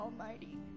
Almighty